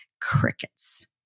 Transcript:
Crickets